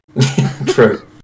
True